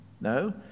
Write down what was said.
No